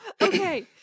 Okay